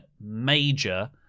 major